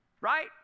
Right